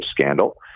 scandal